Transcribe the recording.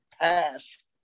past